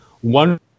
One